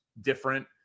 different